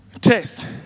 Test